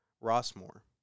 Rossmore